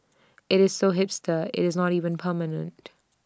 IT is so hipster IT is not even permanent